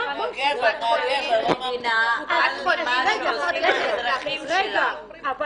------ מדינה על מה שעושים האזרחים שלה.